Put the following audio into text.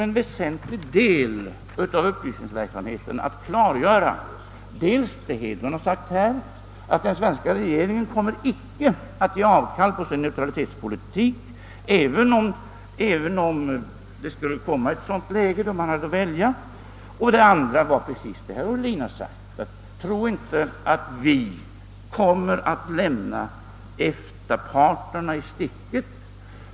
En väsentlig del av upplysningsverksamheten har varit att klarlägga dels vad herr Hedlund nyss sade, nämligen att den svenska regeringen icke kommer att göra avkall på sin neutralitetspolitik, om vi skulle komma i ett sådant läge att vi har att välja, dels vad herr Ohlin nyss sade, nämligen att vi inte kommer att lämna EFTA-partnerna i sticket.